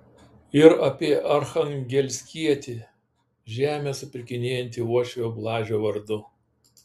ir apie archangelskietį žemę supirkinėjantį uošvio blažio vardu